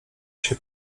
się